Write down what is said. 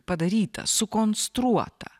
padaryta sukonstruota